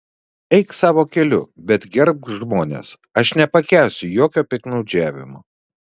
eik savo keliu bet gerbk žmones aš nepakęsiu jokio piktnaudžiavimo